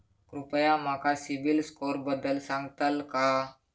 कृपया माका सिबिल स्कोअरबद्दल सांगताल का?